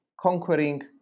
conquering